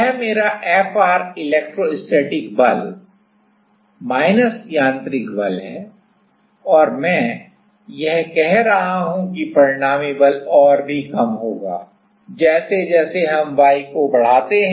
तो यह मेरा Fr इलेक्ट्रोस्टैटिक बल माइनस यांत्रिक बल है और मैं यह कह रहा हूं कि परिणामी बल और भी कम होगा जैसे जैसे हम y को बढ़ाते हैं